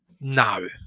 no